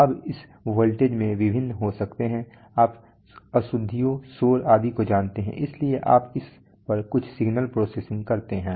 अब इस वोल्टेज में विभिन्न अशुद्धियों डिस्टरबेंस हो सकते हैं इसलिए आप इस पर कुछ सिग्नल प्रोसेसिंग करते हैं